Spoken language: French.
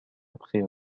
après